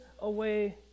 away